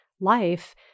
life